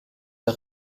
der